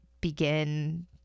begin